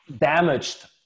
damaged